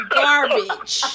garbage